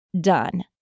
done